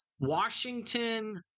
Washington